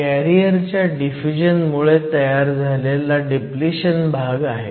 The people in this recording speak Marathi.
कॅरियर च्या डिफ्युजन मुळे तयार झालेला डिप्लिशन भाग आहे